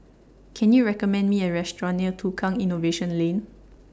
Can YOU recommend Me A Restaurant near Tukang Innovation Lane